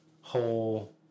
whole